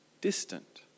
distant